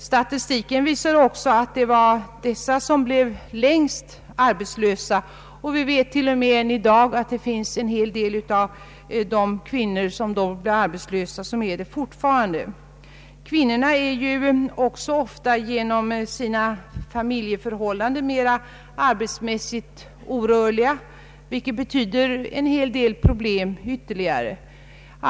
Statistiken visade också att det var dessa grupper som längst fick gå arbetslösa, och än i dag är en del av de kvinnor som då blev arbetslösa utan arbete. Kvinnorna är ju också genom sina familjeförhållanden ofta arbetsmässigt mera orörliga, vilket betyder en hel del ytterligare problem.